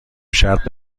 شرط